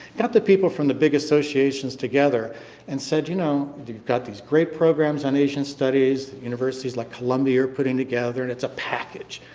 got the people from the big associations together and said, you know got these great programs on asian studies that universities like columbia are putting together. and it's a package.